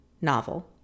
novel